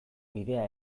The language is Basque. bidea